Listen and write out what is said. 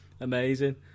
amazing